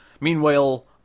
Meanwhile